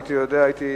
אם הייתי יודע הייתי